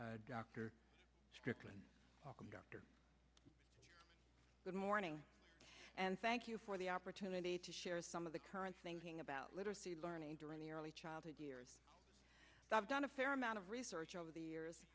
doctor strickland welcome doctor morning and thank you for the opportunity to share some of the current thinking about literacy learning during the early childhood years i've done a fair amount of research over the years